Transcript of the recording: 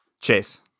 Chase